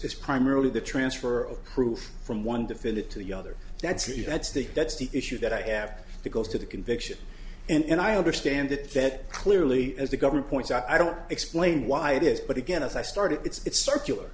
is primarily the transfer of proof from one defendant to the other that's he that's the that's the issue that i have to go to the conviction and i understand that clearly as the government points out i don't explain why it is but again as i started it's circular